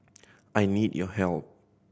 I need your help